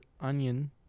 onion